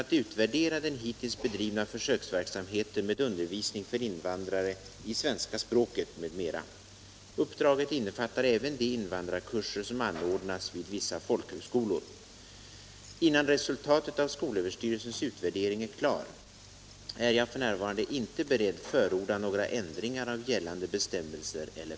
Är statsrådet beredd att medverka till sådan ändring av gällande bestämmelser eller praxis att även invandrare som erhållit svenskt medborgarskap ges möjlighet att delta i av skolöverstyrelsen anordnade sommarkurser?